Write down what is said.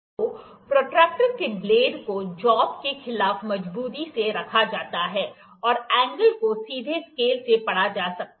तो प्रोट्रैक्टर के ब्लेड को जाॅब के खिलाफ मजबूती से रखा जाता है और एंगल को सीधे स्केल से पढ़ा जा सकता है